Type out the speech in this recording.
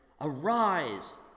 arise